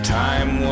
time